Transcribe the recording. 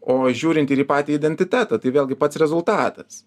o žiūrint ir į patį identitetą tai vėlgi pats rezultatas